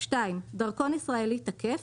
(2) דרכון ישראלי תקף,